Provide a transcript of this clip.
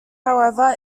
however